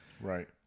right